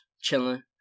chilling